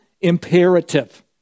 imperative